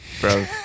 bro